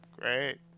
great